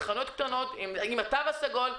זה חנויות קטנות עם התו הסגול,